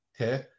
Okay